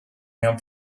him